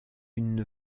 une